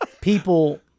people